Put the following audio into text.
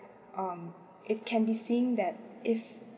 um it can be seen that if